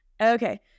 Okay